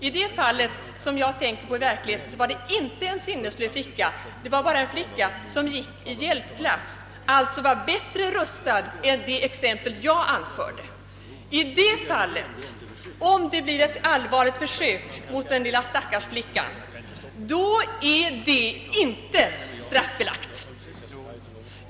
I det fall som jag tänker på i verkligheten var det inte en sinnesslö flicka utan en flicka som gick i hjälpklass och alltså var bättre rustad än flickan i det exempel jag anförde. Om det blir ett allvarligt försök mot den stackars lilla flickan är det inte straffbelagt.